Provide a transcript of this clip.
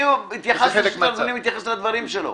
אני מתייחס לדברים שלו.